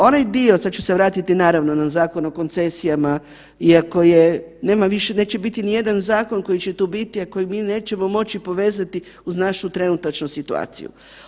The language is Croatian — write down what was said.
Onaj dio, sad ću se vratiti naravno na Zakon o koncesijama iako je, nema više, neće biti više ni jedan zakon koji će tu biti, a koji mi nećemo moći povezati uz našu trenutačnu situaciju.